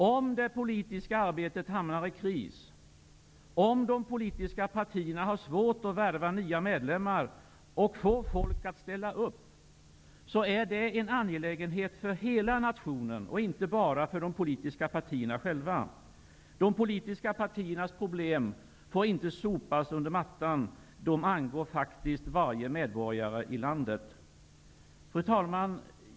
Om det politiska arbetet hamnar i kris, om de politiska partierna har svårt att värva nya medlemmar och få folk att ställa upp, så är det en angelägenhet för hela nationen och inte bara för de politiska partierna själva. De politiska partiernas problem får inte sopas under mattan. De angår faktiskt varje medborgare i landet.